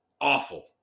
awful